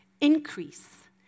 increase